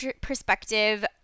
perspective